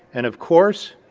and of course,